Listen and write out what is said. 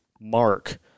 mark